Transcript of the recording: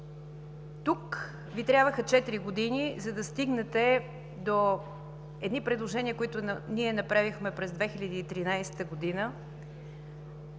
Тук Ви трябваха четири години, за да стигнете до едни предложения, които ние направихме през 2013 г.